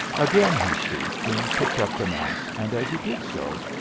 again he stooped and picked up the map, and as he did so,